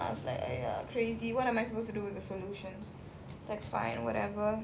I was like !aiya! crazy what am I supposed to do with the solutions like fine whatever